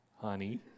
honey